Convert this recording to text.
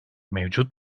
mevcut